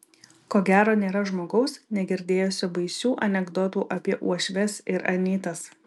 ko gero nėra žmogaus negirdėjusio baisių anekdotų apie uošves ir anytas